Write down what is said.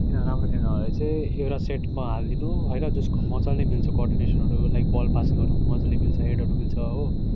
तिनीहरू राम्रो खेल्नु हो भने चाहिँ एउटा सेटमा हालिदिनु होइन जसको मजाले मिल्छ कोर्डिनेसनहरू लाइक बल पासिङहरू पनि मजाले मिल्छ हेडहरू मिल्छ हो